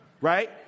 right